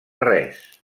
res